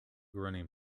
running